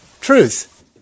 truth